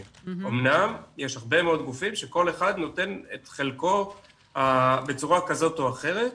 אומנם יש הרבה מאוד גופים שכל אחד נותן את חלקו בצורה כזאת או אחרת,